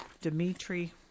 Dmitry